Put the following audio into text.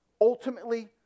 ultimately